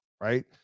right